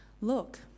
Look